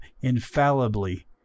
infallibly